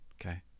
okay